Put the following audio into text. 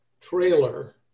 trailer